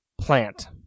plant